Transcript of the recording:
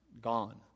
gone